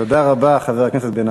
תודה רבה, חבר הכנסת אבו עראר.